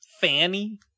Fanny